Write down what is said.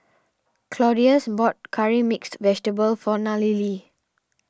Claudius bought Curry Mixed Vegetable for Nallely